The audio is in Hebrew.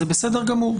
זה בסדר גמור,